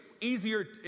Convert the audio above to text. easier